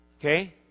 Okay